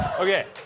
okay,